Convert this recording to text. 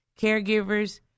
Caregivers